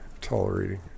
tolerating